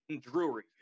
Drury